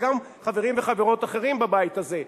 וגם חברים וחברות אחרים בבית הזה.